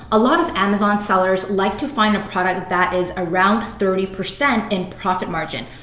a lot of amazon sellers like to find a product that is around thirty percent in profit margin.